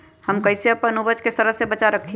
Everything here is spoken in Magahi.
हम कईसे अपना उपज के सरद से बचा के रखी?